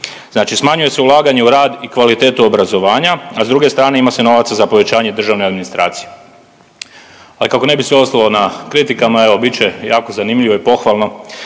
Znači smanjuje se ulaganje u rad i kvalitetu obrazovanja, a s druge strane ima se novaca za povećanje državne administracije. Ali kako ne bi sve ostalo na kritikama evo bit će jako zanimljivo i pohvalno